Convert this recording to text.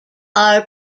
are